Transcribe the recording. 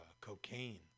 cocaine